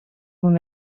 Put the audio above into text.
und